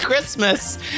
Christmas